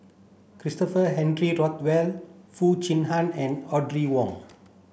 Christopher Henry Rothwell Foo Chee Han and Audrey Wong